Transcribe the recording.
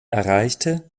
erreichte